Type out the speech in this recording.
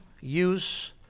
use